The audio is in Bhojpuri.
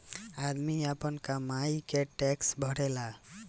आदमी आपन कमाई के टैक्स भरेला